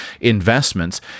investments